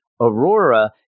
Aurora